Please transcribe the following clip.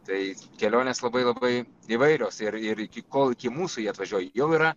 taip kelionės labai labai įvairios ir ir iki kol iki mūsų jie atvažiuoja jau yra